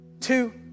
two